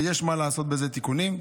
ויש מה לעשות בזה תיקונים.